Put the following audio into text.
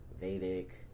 Vedic